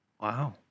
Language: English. Wow